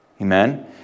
Amen